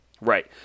Right